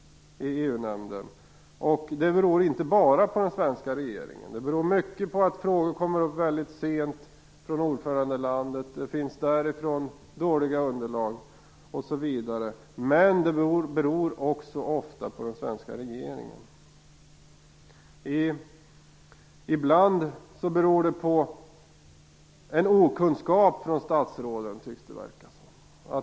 Detta beror inte bara på den svenska regeringen. Det beror till stor del på att frågor kommer upp väldigt sent från ordförandelandet, det finns dåliga underlag därifrån osv. Men det beror också ofta på den svenska regeringen. Ibland beror det på en okunskap från statsråden, verkar det som.